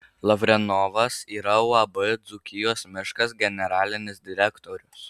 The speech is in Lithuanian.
lavrenovas yra uab dzūkijos miškas generalinis direktorius